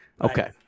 Okay